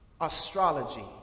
astrology